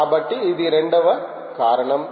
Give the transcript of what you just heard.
కాబట్టి ఇది రెండవ కారణం